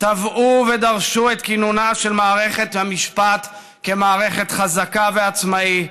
תבעו ודרשו את כינונה של מערכת המשפט כמערכת חזקה ועצמאית